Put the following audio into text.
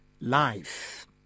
life